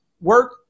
work